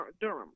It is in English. Durham